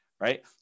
Right